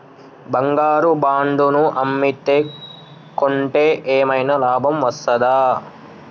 బంగారు బాండు ను అమ్మితే కొంటే ఏమైనా లాభం వస్తదా?